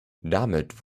damit